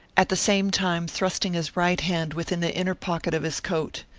at the same time thrusting his right hand within the inner pocket of his coat.